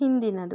ಹಿಂದಿನದು